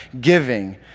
giving